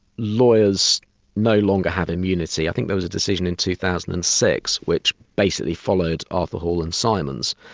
lawyers no longer have immunity. i think there was a decision in two thousand and six which basically followed arthur hall and simons,